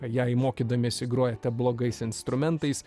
jei mokydamiesi grojate blogais instrumentais